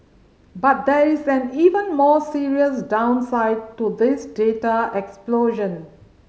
but there is an even more serious downside to this data explosion